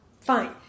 Fine